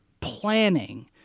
planning